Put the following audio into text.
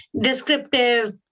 descriptive